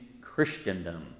Christendom